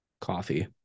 coffee